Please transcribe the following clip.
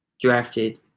drafted